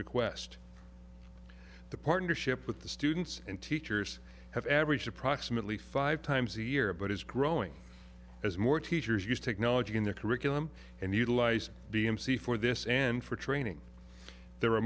request the partnership with the students and teachers have averaged approximately five times a year but is growing as more teachers use technology in their curriculum and utilize b m c for this and for training there are